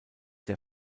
der